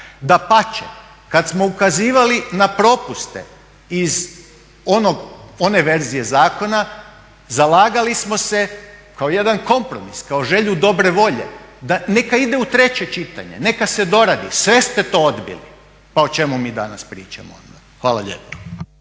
Dapače, kad smo ukazivali na propuste iz one verzije zakona zalagali smo se kao jedan kompromis, kao želju dobre volje da neka ide u treće čitanje, neka se doradi. Sve ste to odbili. Pa o čemu mi danas pričamo onda? Hvala lijepa.